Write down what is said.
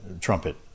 trumpet